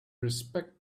respect